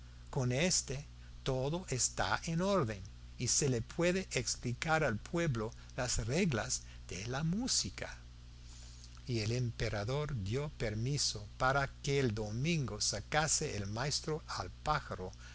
con éste todo está en orden y se le puede explicar al pueblo las reglas de la música y el emperador dio permiso para que el domingo sacase el maestro al pájaro